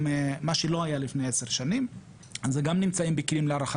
משהו כמו שאלימות כלכלית עכשיו מנסים להכניס את זה,